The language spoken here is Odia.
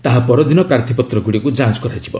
ତାହା ପରଦିନ ପ୍ରାର୍ଥୀପତ୍ର ଗୁଡ଼ିକୁ ଯାଞ୍ଚ୍ କରାଯିବ